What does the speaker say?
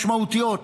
משמעותיות,